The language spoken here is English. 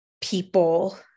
people